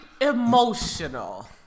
emotional